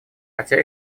хотя